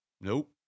Nope